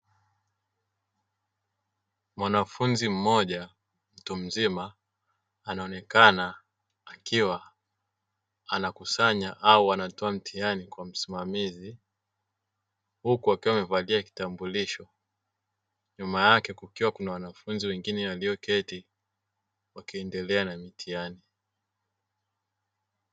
Mwanafunzi mmoja mtu mzima anaonekana akiwa anakusanya au anatoa mitihani huku akiwa amevalia kitambulisho, nyuma yake kukiwa na wanafunzi wengine walioketi wakiendelea na mitihani.